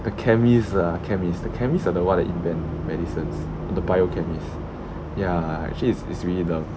the chemist ah chemist the chemist are the one that invent medicines the biochemist ya actually it's it's really them